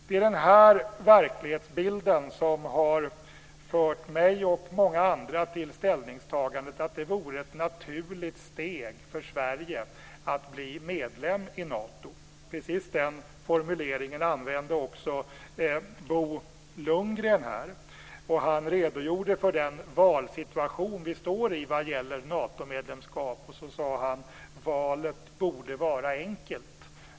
Det är den här verklighetsbilden som har fört mig och många andra till ställningstagande att det vore ett naturligt steg för Sverige att bli medlem i Nato. Precis den formuleringen använde också Bo Lundgren. Han redogjorde för den valsituation vi står inför när det gäller Natomedlemskap. Han sade att valet borde vara enkelt.